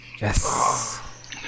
Yes